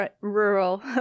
rural